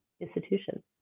institution